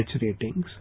ratings